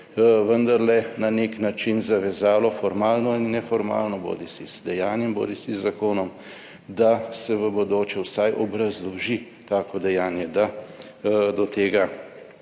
vendarle na nek način zavezalo, formalno ali neformalno, bodisi z dejanjem bodisi z zakonom, da se v bodoče vsaj obrazloži tako dejanje, da do tega